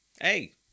Hey